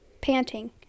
panting